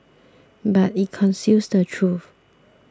but it conceals the truth